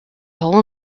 hole